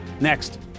Next